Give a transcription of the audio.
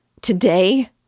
Today